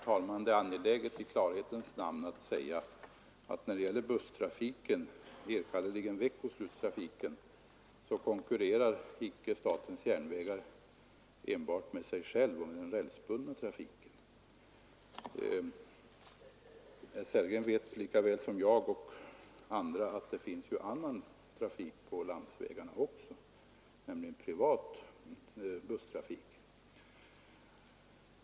Herr talman! I klarhetens namn är det angeläget att säga att statens järnvägar när det gäller busstrafiken, enkannerligen då veckoslutstrafiken, icke konkurrerar enbart med sig själv, dvs. med den rälsbundna trafiken. Herr Sellgren vet lika väl som jag att det också finns annan trafik på landsvägarna, nämligen privat busstrafik.